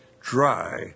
dry